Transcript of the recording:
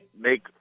make